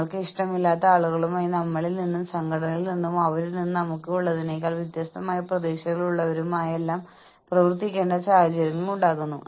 പണം കടം വാങ്ങുന്നതിനുള്ള ചെലവേറിയ മാർഗമാണിത് ഇത് ജീവനക്കാരുടെ ഉടമസ്ഥതയിലുള്ള വിശ്വാസം വർദ്ധിപ്പിക്കുന്നു